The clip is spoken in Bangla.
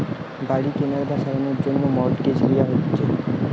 বাড়ি কেনার বা সারানোর জন্যে মর্টগেজ লিয়া হচ্ছে